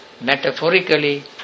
metaphorically